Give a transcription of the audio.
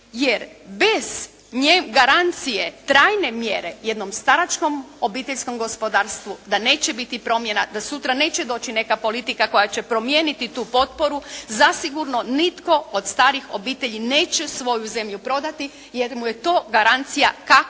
jer bez garancije trajne mjere jednom staračkom obiteljskom gospodarstvu da neće biti promjena, da sutra neće doći neka politika koja će promijeniti tu potporu. Zasigurno nitko od starih obitelji neće svoju zemlju prodati, jer mu je to garancija kakve